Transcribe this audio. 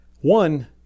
One